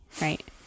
Right